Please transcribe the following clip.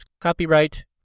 copyright